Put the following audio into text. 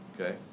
Okay